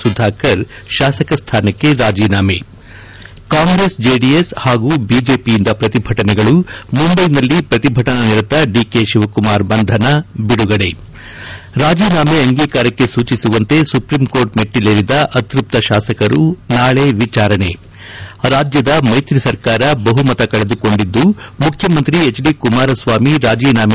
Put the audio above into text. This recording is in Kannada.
ಸುಧಾಕರ್ ಶಾಸಕ ಸ್ಥಾನಕ್ಕೆ ರಾಜೀನಾಮೆ ಕಾಂಗ್ರೆಸ್ ಜೆಡಿಎಸ್ ಹಾಗೂ ಬಿಜೆಪಿಯಿಂದ ಪ್ರತಿಭಟನೆಗಳು ಮುಂಬೈಯಲ್ಲಿ ಪ್ರತಿಭಟನಾನಿರತ ಡಿಕೆ ಶಿವಕುಮಾರ್ ಬಂಧನ ಬಿಡುಗಡೆ ರಾಜೀನಾಮೆ ಅಂಗೀಕಾರಕ್ಕೆ ಸೂಚಿಸುವಂತೆ ಸುಪ್ರೀಂಕೋರ್ಟ್ ಮೆಟ್ಟಲೇರಿದ ಅತೃಪ್ತ ಶಾಸಕರು ನಾಳೆ ವಿಚಾರಣೆ ರಾಜ್ಙದ ಮೈತ್ರಿ ಸರ್ಕಾರ ಬಹುಮತ ಕಳೆದುಕೊಂಡಿದ್ದು ಮುಖ್ಯಮಂತ್ರಿ ಎಚ್ ಡಿ ಕುಮಾರಸ್ವಾಮಿ ರಾಜೀನಾಮೆ